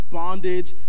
bondage